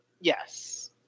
Yes